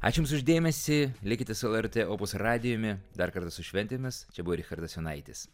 ačiū jums už dėmesį likite su lrt opus radijumi dar kartą su šventėmis čia buvo richardas jonaitis